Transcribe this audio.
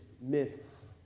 myths